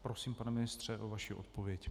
Prosím, pane ministře, o vaši odpověď.